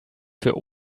für